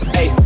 Hey